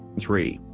three.